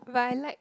but I like